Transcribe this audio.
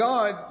God